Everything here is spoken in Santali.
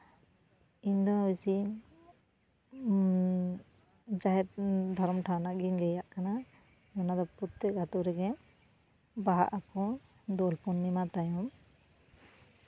ᱤᱧ ᱫᱚ ᱵᱮᱥᱤ ᱡᱟᱦᱮᱨ ᱫᱷᱚᱨᱚᱢ ᱴᱷᱟᱶ ᱨᱮᱱᱟᱜ ᱜᱤᱧ ᱞᱟᱹᱭᱟᱜ ᱠᱟᱱᱟ ᱚᱱᱟ ᱫᱚ ᱯᱨᱚᱛᱮᱠ ᱟᱹᱛᱩ ᱨᱮᱜᱮ ᱵᱟᱦᱟᱜ ᱟᱠᱚ ᱫᱳᱞ ᱯᱩᱨᱱᱤᱢᱟ ᱛᱟᱭᱚᱢ